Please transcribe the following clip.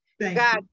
god